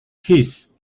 his